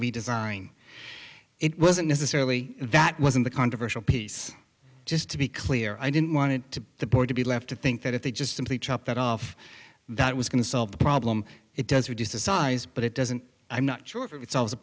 we design it wasn't necessarily that wasn't the controversial piece just to be clear i didn't want it to the board to be left to think that if they just simply chop that off that was going to solve the problem it does reduce the size but it doesn't i'm not sure if it